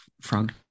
Frog